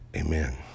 Amen